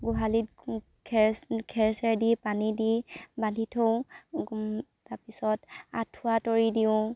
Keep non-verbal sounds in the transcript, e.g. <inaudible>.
গোহালিত <unintelligible> খেৰ খেৰ চেৰ দি পানী দি বান্ধি থওঁ তাৰ পিছত আঁঠুৱা তৰি দিওঁ